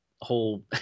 whole